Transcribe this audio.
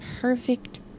perfect